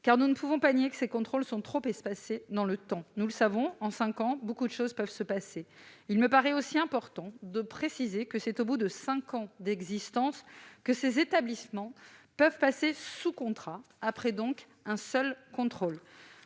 car, nous ne pouvons pas le nier, ces contrôles sont trop espacés dans le temps. Nous le savons, en cinq ans, beaucoup de choses peuvent se passer. Il me paraît également important de préciser que c'est au bout de cinq ans d'existence que ces établissements peuvent passer sous contrat, c'est-à-dire après un seul contrôle.